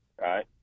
Right